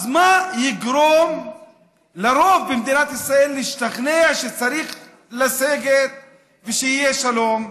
אז מה יגרום לרוב במדינת ישראל להשתכנע שצריך לסגת ושיהיה שלום?